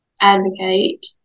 advocate